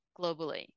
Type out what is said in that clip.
globally